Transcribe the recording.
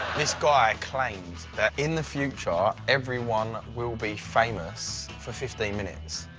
this guy claims that, in the future, everyone will be famous for fifteen minutes.